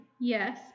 Yes